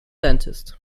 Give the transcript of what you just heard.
dentist